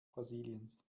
brasiliens